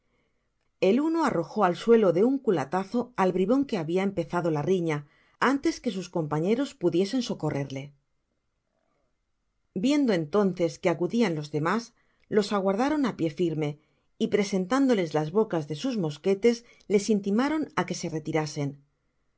el uno arrojó al sheie de un culatazo al bribon que habia empezado la riña anies que sus compañeros pudiesen socorrerle viendo entonces que acudian los demás los aguardaron á pié firme y presentándoles las bocas de sus mosquetes les intimaron que se retirasen sus